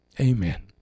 Amen